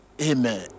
Amen